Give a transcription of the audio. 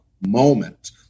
moment